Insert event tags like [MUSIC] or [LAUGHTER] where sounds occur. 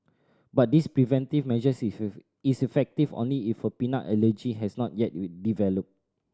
but this preventive measure [UNINTELLIGIBLE] is effective only if a peanut allergy has not yet [UNINTELLIGIBLE] developed